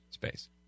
space